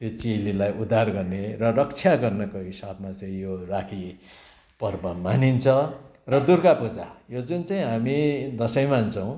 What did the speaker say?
त्यो चेलीलाई उद्धार गर्ने रक्षा गर्नको हिसाबमा चाहिँ यो राखी पर्व मानिन्छ र दुर्गा पूजा यो जुन चाहिँ हामी दसैँ मान्छौँ